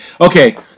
Okay